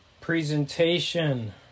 Presentation